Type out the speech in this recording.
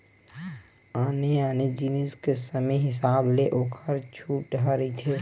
आने आने जिनिस के समे हिसाब ले ओखर छूट ह रहिथे